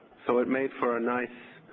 so it made for a nice